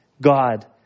God